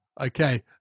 Okay